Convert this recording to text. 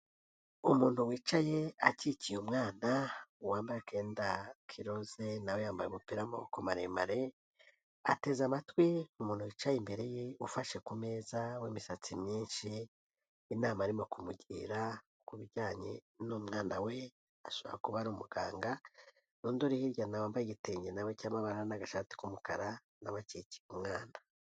Umuntu wicaye akikiye umwana wambaye akenda k'iroze nawe yambaye umupira w'maboko maremare, ateze amatwi umuntu wicaye imbere ye ufashe ku meza w'imisatsi myinshi, inama arimo kumugira ku bijyanye n'umwana we ashobora kuba ari umuganga, undi uri hirya na we wambaye igitenge na we cy'amabara n'agashati k'umukara na we akikiye umwana.